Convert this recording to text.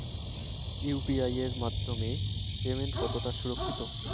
UPI এর মাধ্যমে payment কতটা সুরক্ষিত?